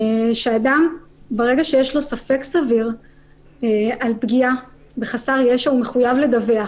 שברגע שיש ספק סביר על פגיעה בחסר ישע הוא מחויב לדווח.